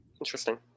Interesting